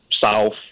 south